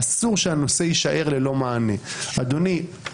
אסור שהנושא יישאר ללא מענה." אדוני,